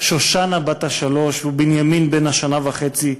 שושנה בת השלוש ובנימין בן השנה וחצי,